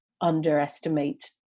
underestimate